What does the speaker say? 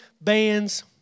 bands